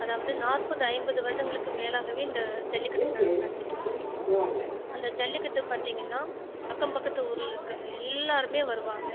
அதாவது நாற்பது ஐம்பது வருடங்களுக்கு மேலாகவே இந்த ஜல்லிக்கட்டு நடத்திட்டு வந்துட்டு இருக்கோம் அந்த ஜல்லிக்கட்டு பார்த்தீங்கன்னா அக்கம் பக்கத்து ஊரில் இருக்கறவங்க எல்லாருமே வருவாங்க